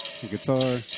guitar